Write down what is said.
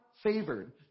favored